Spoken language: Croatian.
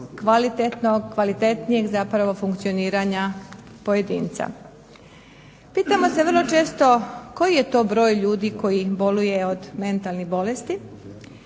kvalitetnijeg, zapravo funkcioniranja pojedinca. Pitamo se vrlo često koji je to broj ljudi koji boluje od mentalnih bolesti.